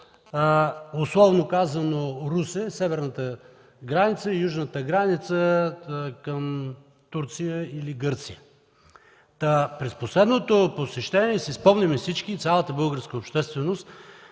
условно казано Русе – северната граница, и южната граница към Турция и Гърция. През последното посещение, спомняме си всички – цялата българска общественост,